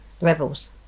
Rebels